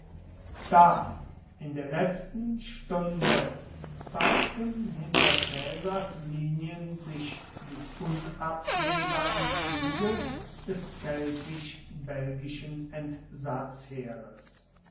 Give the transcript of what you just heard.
da in der letzten stunde zeigten hinter caesars linien sich die unabsehbaren züge des